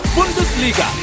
Bundesliga